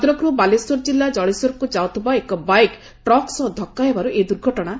ଭଦ୍ରକରୁ ବାଲେଶ୍ୱର ଜିଲ୍ଲା ଜଳେଶ୍ୱରକୁ ଯାଉଥିବା ଏକ ବାଇକ୍ ଟ୍ରକ ସହ ଧକ୍କା ହେବାରୁ ଏହି ଦୁର୍ଘଟଣା ହୋଇଥିଲା